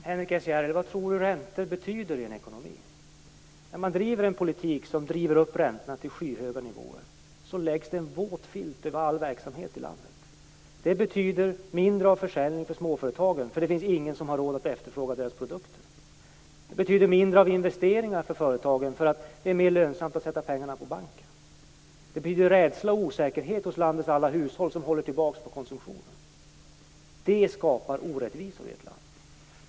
Fru talman! Vad tror Henrik S Järrel att räntor betyder i en ekonomi? När man för en politik som driver upp räntorna till skyhöga nivåer läggs det en våt filt över all verksamhet i landet. Det betyder mindre försäljning för småföretagen, eftersom det inte finns någon som har råd att efterfråga deras produkter. Det betyder mindre investeringar för företagen, eftersom det är mer lönsamt att sätta pengarna på banken. Det skapas rädsla och osäkerhet hos landets alla hushåll som håller tillbaka konsumtionen. Det skapar orättvisor i ett land.